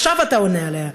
עכשיו אתה עונה עליה.